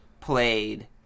played